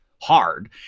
hard